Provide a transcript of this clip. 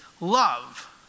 love